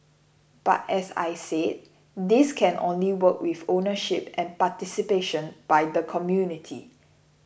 but as I said this can only work with ownership and participation by the community